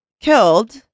killed